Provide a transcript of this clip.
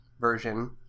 version